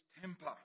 temper